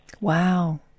Wow